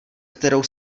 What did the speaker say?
kterou